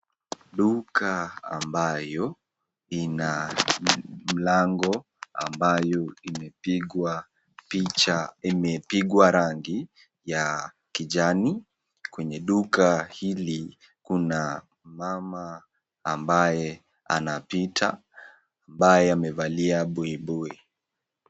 Duka ambayo ina mlango ambayo imepigwa picha imepigwa rangi ya kijani. Kwenye duka hili kuna mama ambaye anapita ambaye amevalia buibui.